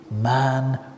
man